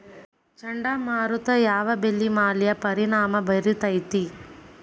ಚಂಡಮಾರುತ ಯಾವ್ ಬೆಳಿ ಮ್ಯಾಲ್ ಪರಿಣಾಮ ಬಿರತೇತಿ?